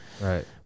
Right